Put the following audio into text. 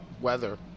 weather